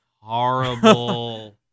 horrible